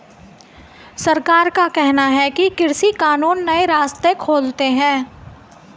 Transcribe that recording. सरकार का कहना है कि कृषि कानून नए रास्ते खोलते है